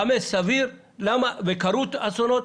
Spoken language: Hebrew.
גיל חמש זה סביר, וקרו אסונות.